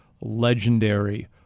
legendary